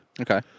Okay